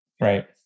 Right